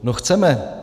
No chceme.